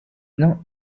not